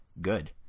good